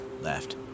left